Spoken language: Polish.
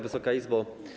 Wysoka Izbo!